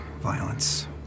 violence